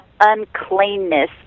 uncleanness